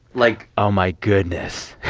like. oh, my goodness.